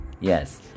Yes